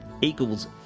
equals